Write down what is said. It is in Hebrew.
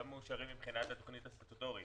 לא מאושרים מבחינת התוכנית הסטטוטורית.